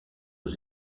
aux